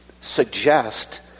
suggest